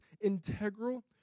integral